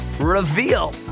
reveal